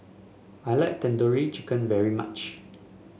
I like Tandoori Chicken very much